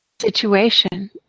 situation